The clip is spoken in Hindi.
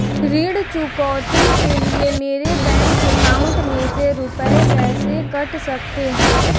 ऋण चुकौती के लिए मेरे बैंक अकाउंट में से रुपए कैसे कट सकते हैं?